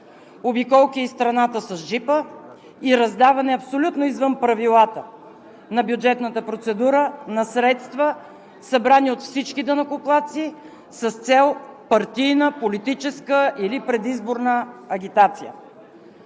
обиколки из страната с джипа и раздаване, абсолютно извън правилата, на бюджетната процедура на средства, събрани от всички данъкоплатци, с цел партийна, политическа или предизборна агитация.